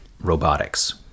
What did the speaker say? robotics